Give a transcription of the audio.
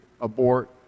abort